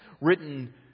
written